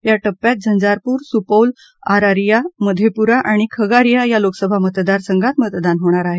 या टप्प्यात झंझारपुर सुपौल अरारिया मधेपुरा आणि खगारिया या लोकसभा मतदार संघात मतदान होणार आहे